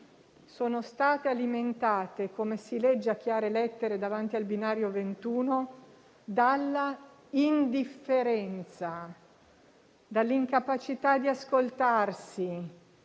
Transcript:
sono state alimentate, come si legge a chiare lettere davanti al binario 21, dalla indifferenza, dall'incapacità di ascoltarsi,